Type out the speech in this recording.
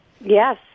Yes